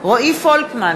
רועי פולקמן,